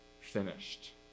finished